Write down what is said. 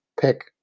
pick